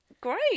Great